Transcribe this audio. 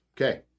Okay